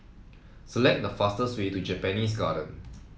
select the fastest way to Japanese Garden